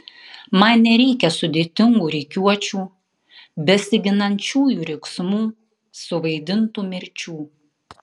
man nereikia sudėtingų rikiuočių besiginančiųjų riksmų suvaidintų mirčių